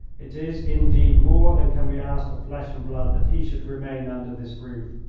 it is, indeed, more than can be asked of flesh and blood that he should remain under this roof.